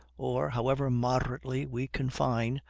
or however moderately we confine,